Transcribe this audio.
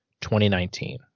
2019